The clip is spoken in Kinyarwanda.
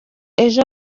aje